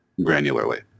granularly